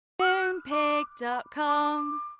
Moonpig.com